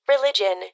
religion